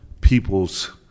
people's